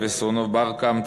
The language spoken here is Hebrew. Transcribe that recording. קמצא, ושונאו בר-קמצא,